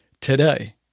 today